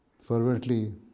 fervently